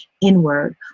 inward